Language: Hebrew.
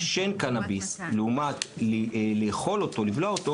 לעומת אכילתו או בליעתו.